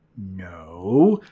no,